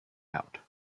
out